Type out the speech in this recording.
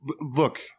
look